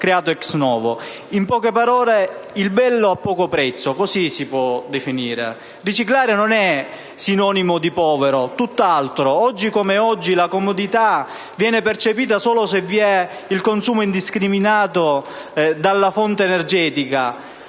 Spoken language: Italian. si può definire «il bello a poco prezzo». Riciclare non è sinonimo di povero, tutt'altro. Oggi come oggi, la comodità viene percepita solo se vi è il consumo indiscriminato della fonte energetica.